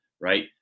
right